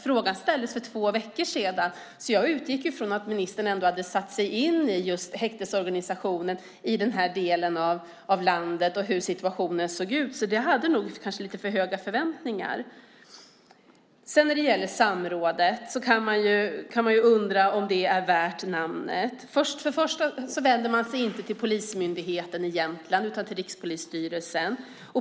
Frågan ställdes för två veckor sedan, så jag utgick från att ministern skulle ha satt sig in i häktesorganisationen i den här delen av landet och hur situationen såg ut. Men jag hade kanske lite för höga förväntningar. När det gäller samrådet kan man undra om det är värt namnet. Man vände sig inte till Polismyndigheten i Jämtlands län utan till Rikspolisstyrelsen.